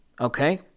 okay